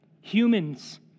Humans